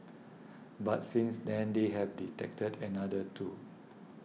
but since then they have detected another two